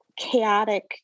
chaotic